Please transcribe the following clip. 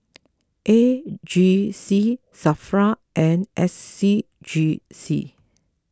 A G C Safra and S C G C